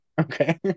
Okay